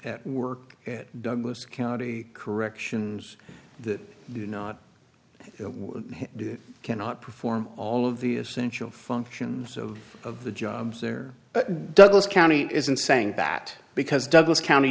at work douglas county corrections that do not do cannot perform all of the essential functions of of the jobs there douglas county isn't saying that because douglas county